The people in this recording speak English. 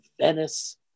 venice